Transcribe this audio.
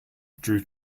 drew